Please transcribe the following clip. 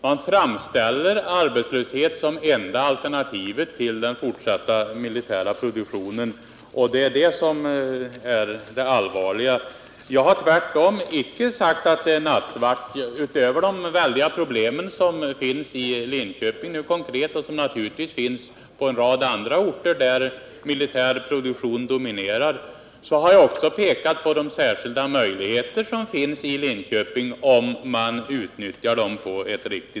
Man framställer arbetslöshet som enda alternativet till den fortsatta militära produktionen. Det är detta som är det allvarliga. Jag har ingalunda sagt att situationen är nattsvart. Utöver de väldiga problem som finns i Linköping — och på en rad andra orter där militär produktion dominerar — har jag pekat på de särskilda möjligheter som finns i Linköping om man rätt utnyttjar dem.